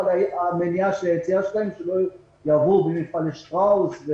אבל המניעה שהם לא יעבדו במפעלי שטראוס,